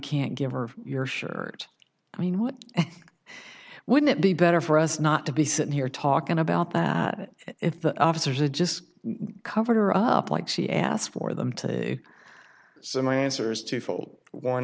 can't give her your shirt i mean what wouldn't it be better for us not to be sitting here talking about it if the officers are just covered her up like she asked for them to so my answer is twofold one